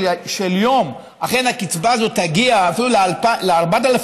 יום אכן הקצבה הזאת תגיע אפילו ל-4,200,